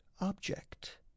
object